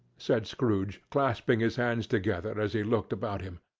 said scrooge, clasping his hands together, as he looked about him.